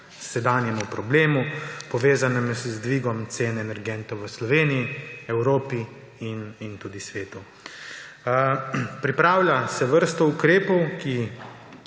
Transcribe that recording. sedanjemu problemu, povezanemu z dvigom cen energentov v Sloveniji, Evropi in tudi svetu. Pripravlja se vrsto ukrepov, pri